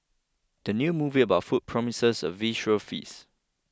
the new movie about food promises a visual feast